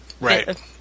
Right